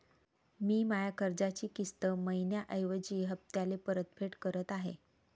मी माया कर्जाची किस्त मइन्याऐवजी हप्त्याले परतफेड करत आहे